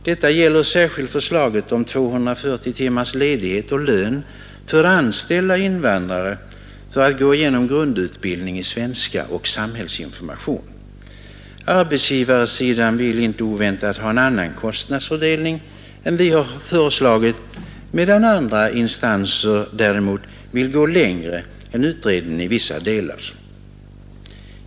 Detta gäller särskilt förslaget om 240 timmars ledighet och lön för anställda invandrare för att gå igenom grundutbildningen i svenska och samhällsinformation. Arbetsgivarsidan vill inte oväntat ha en annan kostnadsfördelning än den vi föreslagit, medan andra instanser däremot vill gå längre än utredningen i vissa delar.